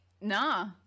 Nah